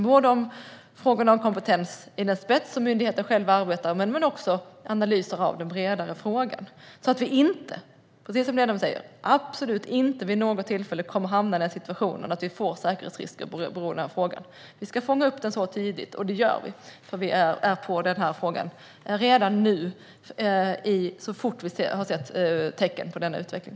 Det gäller både frågorna om kompetens, som myndigheten själv arbetar med, men också analyser av den bredare frågan, så att vi absolut inte, som ledamoten säger, vid något tillfälle kommer att hamna i situationen att vi får säkerhetsrisker beroende på kompetensbrist. Vi ska fånga upp detta tidigt, och det gör vi så fort vi ser tecken på en sådan utveckling.